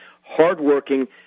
hardworking